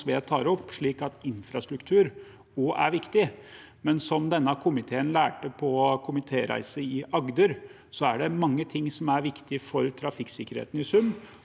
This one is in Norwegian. opp, at infrastruktur også er viktig, men som denne komiteen lærte på komitéreise i Agder, er det mange ting som i sum er viktig for trafikksikkerheten. Der